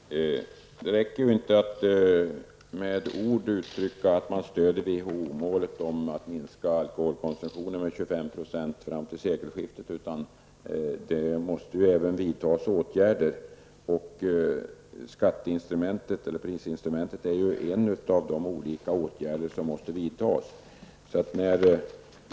Herr talman! Det räcker inte att med ord uttrycka att man stödjer WHO-målet om att minska alkoholkonsumtionen med 25 % fram till sekelskiftet, utan det måste även vidtas åtgärder. Prisinstrumentet är ett av de medel som måste tillgripas.